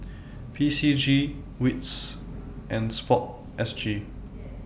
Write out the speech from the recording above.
P C G WITS and Sport S G